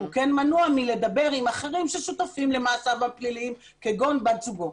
הוא כן מנוע מלדבר עם אחרים ששותפים למעשי הפליליים כגון בת זוגו.